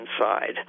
inside